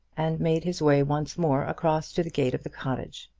and made his way once more across to the gate of the cottage.